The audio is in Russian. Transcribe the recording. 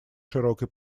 широкой